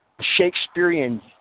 Shakespearean